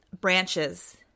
branches